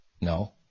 No